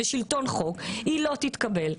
היא לא תתקבל.